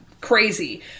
crazy